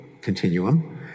continuum